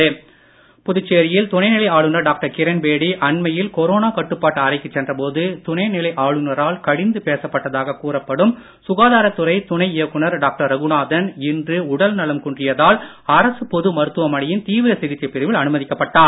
ரகுநாதன் புதுச்சேரியில் துணைநிலை ஆளுநர் டாக்டர் கிரண்பேடி அன்மையில் கொரோனா கட்டுப்பாட்டு அறைக்கு சென்ற போது துணைநிலை ஆளுநரால் கடிந்து பேசப்பட்டதாகக் கூறப்படும் சுகாதாரத்துறை துணை இயக்குநர் டாக்டர் ரகுநாதன் இன்று உடல்நலம் குன்றியதால் அரசு பொது மருத்துவமனையின் தீவிர சிகிச்சை பிரிவில் அனுமதிக்கப்பட்டார்